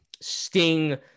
sting